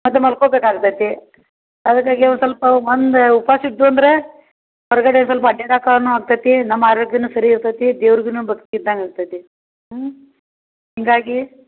ಅದು ಮಲ್ಕೊಬೇಕಾಗ್ತೈತಿ ಅದಕ್ಕಾಗಿ ಒಂದು ಸ್ವಲ್ಪ ಒಂದು ಉಪವಾಸ ಇದ್ದು ಅಂದರೆ ಹೊರ್ಗಡೆ ಸ್ವಲ್ಪ ಅಡ್ಯಾಡಕಾನು ಆಗ್ತೈತಿ ನಮ್ಮ ಆರೋಗ್ಯನು ಸರಿ ಇರ್ತತಿ ದೇವ್ರ್ಗುನು ಭಕ್ತಿ ಇದ್ದಂಗೆ ಆಗ್ತೈತಿ ಹ್ಞೂ ಹಿಂಗಾಗಿ